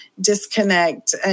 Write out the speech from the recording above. disconnect